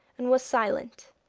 and was silent.